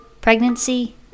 pregnancy